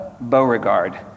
Beauregard